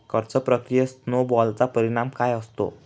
कर्ज प्रक्रियेत स्नो बॉलचा परिणाम काय असतो?